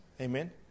Amen